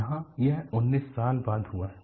यहां यह 19 साल बाद हुआ है